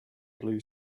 blue